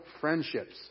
friendships